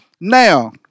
Now